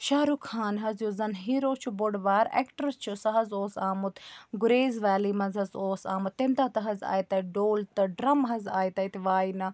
شاہ رُخ خان حظ یُس زَن ہیٖرو چھُ بوٚڑ بار ایٚکٹر چھُ سُہ حظ اوس آمُت گُریز ویلی منٛز حظ اوس آمُت تَمہِ دۄہ تہٕ حظ آیہِ تَتہِ ڈول تہٕ ڈرٛم حظ آیہِ تَتہِ واینہ